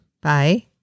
Bye